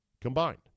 combined